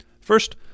First